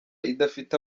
idafite